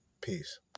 Peace